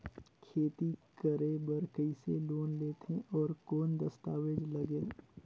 खेती करे बर कइसे लोन लेथे और कौन दस्तावेज लगेल?